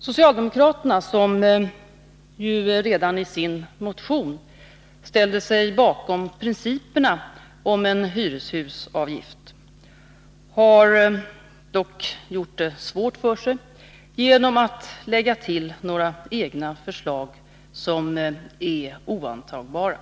Socialdemokraterna, som ju redan i sin motion ställde sig bakom principerna om en hyreshusavgift, har dock gjort det svårt för sig genom att lägga till några egna förslag som är oantagbara.